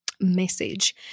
message